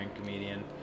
comedian